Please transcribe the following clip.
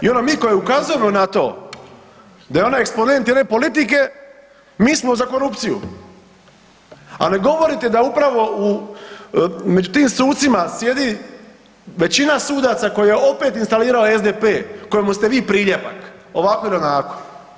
I onda mi koji ukazujemo na to da je ona eksponent jedne politike mi smo za korupciju, a ne govorite da upravo među tim sucima sjedi većina sudaca koja je opet instalirala SDP-e kojemu ste vi priljepak ovako ili onako.